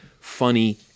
funny